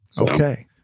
okay